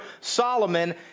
Solomon